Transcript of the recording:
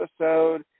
episode